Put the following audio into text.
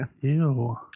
Ew